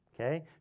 okay